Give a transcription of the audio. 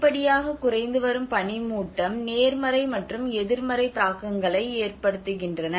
படிப்படியாக குறைந்து வரும் பனி மூட்டம் நேர்மறை மற்றும் எதிர்மறை தாக்கங்களை ஏற்படுத்துகின்றன